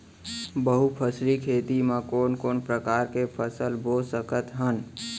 बहुफसली खेती मा कोन कोन प्रकार के फसल बो सकत हन?